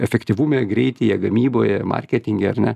efektyvume greityje gamyboje marketinge ar ne